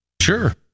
sure